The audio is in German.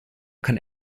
kann